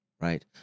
right